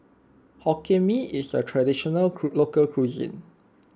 Hokkien Mee is a traditional local cuisine